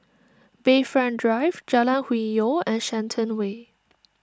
Bayfront Drive Jalan Hwi Yoh and Shenton Way